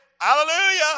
hallelujah